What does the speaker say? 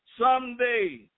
someday